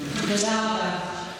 תודה רבה.